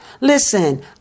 Listen